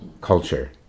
culture